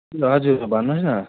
हजुर भन्नुहोस् न